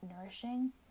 nourishing